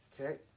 okay